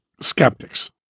skeptics